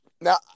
now